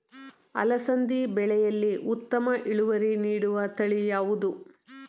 ಅಲಸಂದಿ ಬೆಳೆಯಲ್ಲಿ ಉತ್ತಮ ಇಳುವರಿ ನೀಡುವ ತಳಿ ಯಾವುದು?